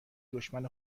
دشمن